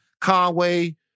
Conway